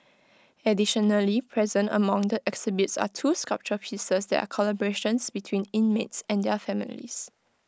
additionally present among the exhibits are two sculpture pieces that are collaborations between inmates and their families